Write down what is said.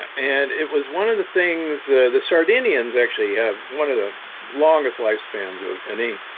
and it was one of the things ah the sardinian's actually have one of the longest lifespans of any.